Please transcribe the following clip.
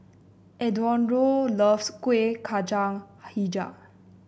Eduardo loves Kueh Kacang hijau